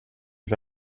les